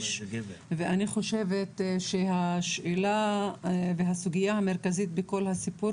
אני חושבת שהשאלה והסוגיה המרכזית בכל הסיפור